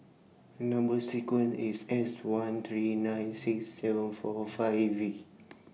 Number sequence IS S one three nine six seven four five V